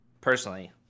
personally